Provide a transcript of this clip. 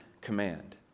command